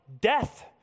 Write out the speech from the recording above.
death